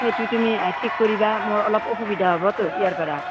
সেইটো তুমি ঠিক কৰিবা মোৰ অলপ অসুবিধা হ'বতো ইয়াৰ পৰা